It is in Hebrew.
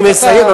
אני מסיים,